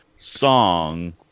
song